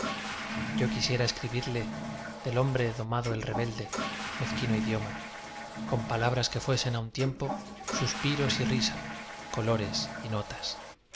yo quisiera escribirlo del hombre domando el rebelde mezquino idoma con palabras que fuesen á un tiempo suspiros y risas colores y notas